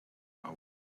hour